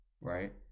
right